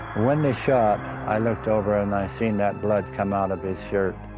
when they shot i looked over and i seen that blood come out of his shirt